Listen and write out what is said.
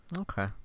Okay